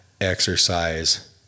exercise